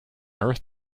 earth